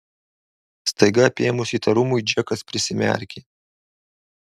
staiga apėmus įtarumui džekas prisimerkė